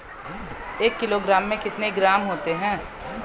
एक किलोग्राम में कितने ग्राम होते हैं?